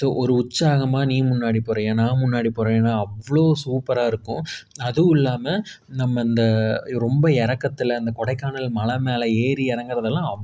so ஒரு உற்சாகமாக நீ முன்னாடி போறியா நான் முன்னாடி போகிறேன்னா அவ்வளோ சூப்பராக இருக்கும் அதுவும் இல்லாமல் நம்ம இந்த இது ரொம்ப இறக்கத்துல அந்த கொடைக்கானல் மலை மேலே ஏறி இறங்குறதெல்லாம்